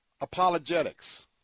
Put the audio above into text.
apologetics